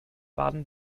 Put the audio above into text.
baden